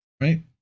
right